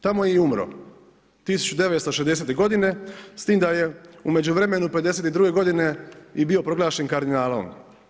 Tamo je i umro 1960. godine s tim da je u međuvremenu '52. godine bio proglašen kardinalom.